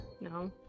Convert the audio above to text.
No